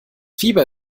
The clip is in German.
fieber